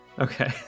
okay